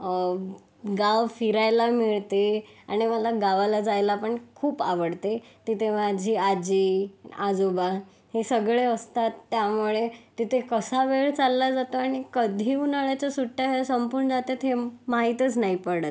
गाव फिरायला मिळते आणि मला गावाला जायला पण खूप आवडते तिथे माझी आजी आजोबा हे सगळे असतात त्यामुळे तिथे कसा वेळ चालला जातो आणि कधी उन्हाळ्याच्या सुट्ट्या संपून जाते हे माहीतच नाही पडत